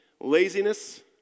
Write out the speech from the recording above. laziness